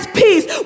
peace